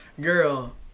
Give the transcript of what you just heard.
Girl